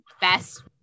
best